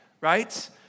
Right